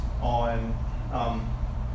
on